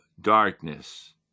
darkness